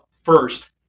first